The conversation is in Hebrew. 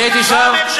אני הייתי שם,